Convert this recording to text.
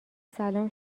سلام